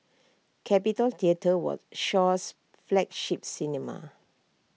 capitol theatre was Shaw's flagship cinema